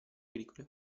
agricole